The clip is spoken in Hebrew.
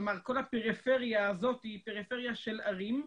כלומר כל הפריפריה היא פריפריה של ערים,